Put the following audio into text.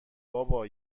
بابا